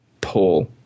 pull